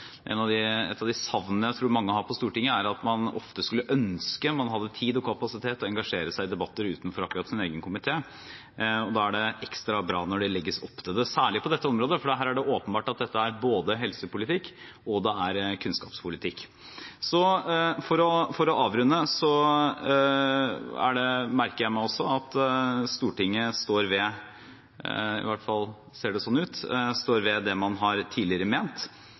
Et av de savnene jeg tror mange på Stortinget har, er at man ofte skulle ønske man hadde tid og kapasitet til å engasjere seg i debatter utenfor akkurat ens egen komité. Da er det ekstra bra når det legges opp til det – særlig på dette området, for her er det åpenbart at dette er både helsepolitikk og kunnskapspolitikk. For å avrunde: Jeg merker meg også at Stortinget står ved det man tidligere har ment – i hvert fall ser det slik ut – og at det i utgangspunktet er stor oppslutning om at man